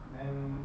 then